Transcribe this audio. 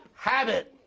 habit.